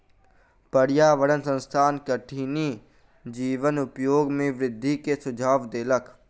पर्यावरण संस्थान कठिनी जीवक उपयोग में वृद्धि के सुझाव देलक